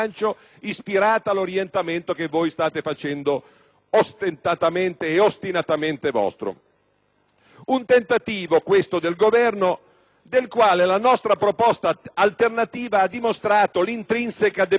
Un tentativo, questo del Governo, del quale la nostra proposta alternativa ha dimostrato l'intrinseca debolezza. Noi non vi abbiamo proposto, signori del Governo, di abbandonare il sentiero della stabilità,